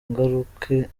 ngaruke